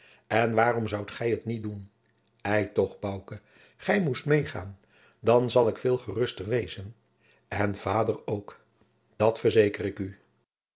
en waarom zoudt gij het niet doen ei toch bouke gij moest meêgaan dan zal ik veel geruster wezen en vader ook dat verzeker ik u